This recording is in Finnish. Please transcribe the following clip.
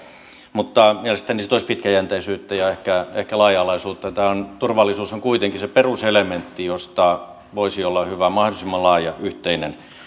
mutta mielestäni se toisi pitkäjänteisyyttä ja ehkä ehkä laaja alaisuutta turvallisuus on kuitenkin se peruselementti josta voisi olla hyvä mahdollisimman laaja yhteinen